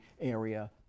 area